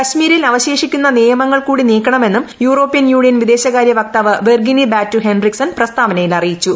കശ്മീരിൽ അവശേഷിക്കുന്ന നിയമങ്ങൾ കൂടി നീക്കണമെന്നും യൂറോപ്യൻ യൂണിയൻ വിദേശ കാര്യ വക്താവ് വിർഗിനി ബാറ്റു ഹെന്ററിക്സൺ പ്രസ്താവനയിൽ അറിയിച്ചു